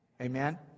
amen